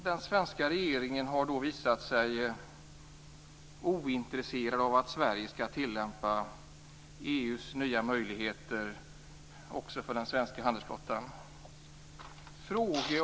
Den svenska regeringen har visat sig ointresserad av att Sverige skall tillämpa EU:s nya möjligheter också för den svenska handelsflottan.